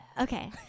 Okay